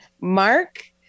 Mark